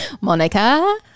monica